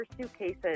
suitcases